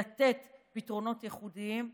לתת פתרונות ייחודיים.